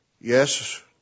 Yes